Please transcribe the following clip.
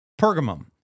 Pergamum